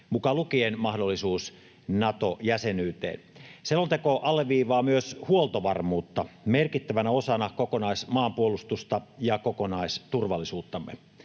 mukaan lukien mahdollisuuden Nato-jäsenyyteen. Selonteko alleviivaa myös huoltovarmuutta merkittävänä osana kokonaismaanpuolustusta ja kokonaisturvallisuuttamme.